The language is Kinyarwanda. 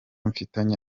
mfitanye